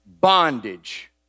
bondage